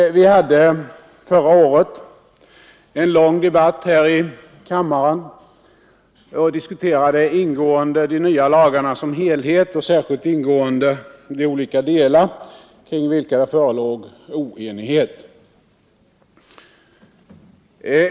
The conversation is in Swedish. Vi hade förra året en lång debatt här i kammaren och diskuterade ingående de nya lagarna som helhet och särskilt grundligt de olika delar kring vilka det förelåg oenighet.